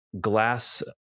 glass